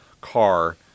car